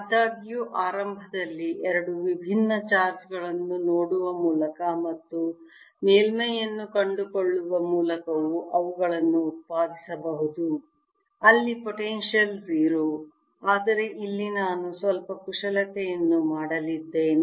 ಆದಾಗ್ಯೂ ಆರಂಭದಲ್ಲಿ ಎರಡು ವಿಭಿನ್ನ ಚಾರ್ಜ್ ಗಳನ್ನು ನೋಡುವ ಮೂಲಕ ಮತ್ತು ಮೇಲ್ಮೈಯನ್ನು ಕಂಡುಕೊಳ್ಳುವ ಮೂಲಕವೂ ಅವುಗಳನ್ನು ಉತ್ಪಾದಿಸಬಹುದು ಅಲ್ಲಿ ಪೊಟೆನ್ಶಿಯಲ್ 0 ಆದರೆ ಇಲ್ಲಿ ನಾನು ಸ್ವಲ್ಪ ಕುಶಲತೆಯನ್ನು ಮಾಡಲಿದ್ದೇನೆ